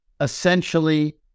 essentially